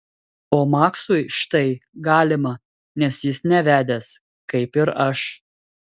o maksui štai galima nes jis nevedęs kaip ir aš